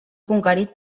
conquerit